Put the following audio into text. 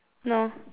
no